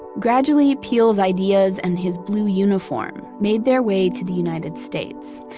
gradually peel's ideas and his blue uniform made their way to the united states.